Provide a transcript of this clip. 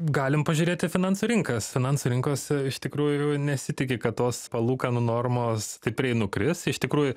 galim pažiūrėti finansų rinkas finansų rinkos iš tikrųjų nesitiki kad tos palūkanų normos stipriai nukris iš tikrųjų